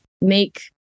make